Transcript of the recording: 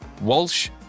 Walsh